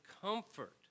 comfort